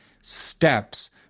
steps